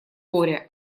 горя